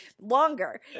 longer